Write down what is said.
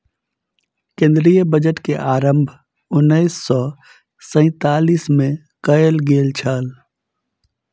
केंद्रीय बजट के आरम्भ उन्नैस सौ सैंतालीस मे कयल गेल छल